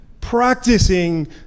practicing